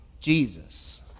Jesus